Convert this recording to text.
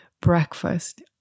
breakfast